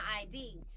ID